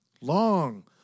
Long